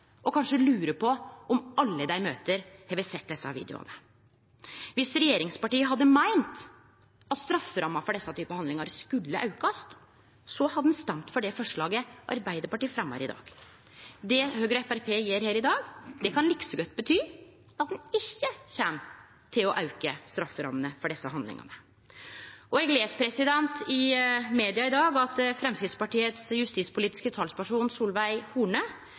og kanskje lure på om alle dei møter, har sett desse videoane. Dersom regjeringspartia hadde meint at strafferamma for desse typar handlingar skulle aukast, hadde ein stemt for det forslaget Arbeidarpartiet fremjar i dag. Det Høgre og Framstegspartiet gjer her i dag, kan like godt bety at ein ikkje kjem til å auke strafferammene for desse handlingane. Eg les i media i dag at Framstegspartiet sin justispolitiske talsperson, Solveig Horne,